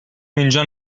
اینجا